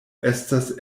estas